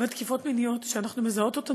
אבל תקיפות מיניות שאנחנו מזהות אותן